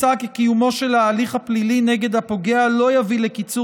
מוצע כי קיומו של ההליך הפלילי נגד הפוגע לא יביא לקיצור